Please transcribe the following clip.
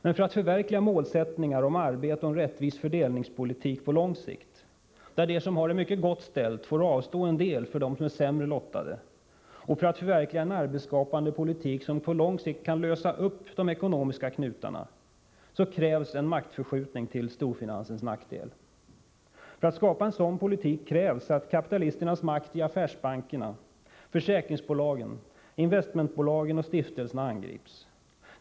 Men för att förverkliga målsättningar om arbete och om en rätttvis fördelningspolitik på lång sikt där de som har det mycket gott ställt får avstå en del för dem som är sämre lottade, och för att förverkliga en arbetsskapande politik som på lång sikt kan lösa upp de ekonomiska knutarna krävs en maktförskjutning till storfinansens nackdel. För att skapa en sådan politik krävs att kapitalisternas makt i affärsbankerna, försäkringsbolagen, investmentbolagen och stiftelserna angrips.